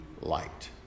light